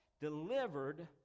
delivered